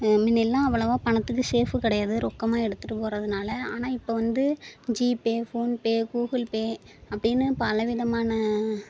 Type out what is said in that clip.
முன்னெல்லாம் அவ்வளவாக பணத்துக்கு ஷேஃபு கிடையாது ரொக்கமாக எடுத்துட்டுப் போகிறதுனால ஆனால் இப்போ வந்து ஜிபே ஃபோன்பே கூகுள்பே அப்படீன்னு பலவிதமான